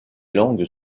longues